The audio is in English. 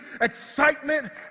excitement